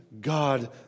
God